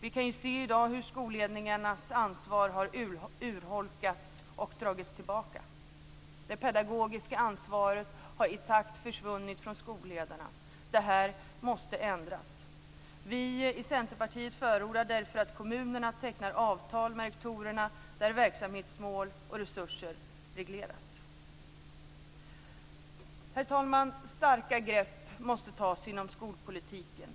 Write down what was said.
Vi kan ju se i dag hur skolledningarnas ansvar har urholkats och dragits tillbaka. Det pedagogiska ansvaret har försvunnit från skolledarna. Det här måste ändras. Vi i Centerpartiet förordar därför att kommunerna tecknar avtal med rektorerna där verksamhetsmål och resurser regleras. Herr talman! Starka grepp måste tas inom skolpolitiken.